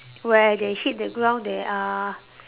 where they hit the ground there are